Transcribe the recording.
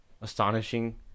astonishing